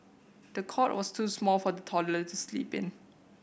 the cot was too small for the toddler to sleep in